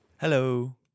Hello